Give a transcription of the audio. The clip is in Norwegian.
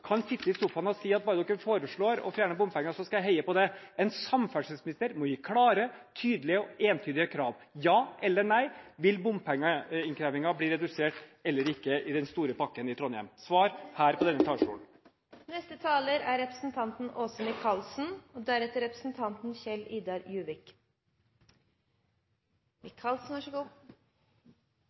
kan sitte i sofaen og si at bare dere foreslår å fjerne bompenger, skal jeg heie på det. En samferdselsminister må gi klare, tydelige og entydige svar. Ja eller nei – vil bompengeinnkrevingen bli redusert eller ikke i den store pakken i Trondheim? Svar her, på denne talerstolen! Jeg hører det er noen som er veldig utålmodige. Vi har vært utålmodige i åtte år. Representanten